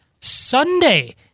Sunday